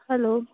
hello